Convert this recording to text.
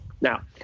Now